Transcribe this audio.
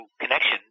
connection